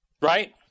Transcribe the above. right